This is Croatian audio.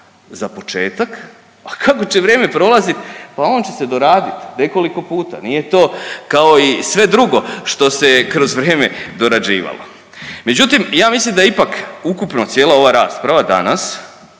za početak, a kako će vrijeme prolazit pa on će se doradit nekoliko puta. Nije to kao i sve drugo što se je kroz vrijeme dorađivalo. Međutim, ja mislim da je ipak ukupno cijela ova rasprava danas